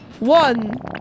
One